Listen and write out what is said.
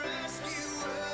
rescuer